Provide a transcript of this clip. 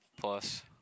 plus